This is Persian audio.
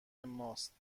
ماست